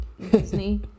disney